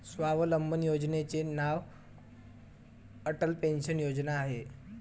स्वावलंबन योजनेचे नाव अटल पेन्शन योजना आहे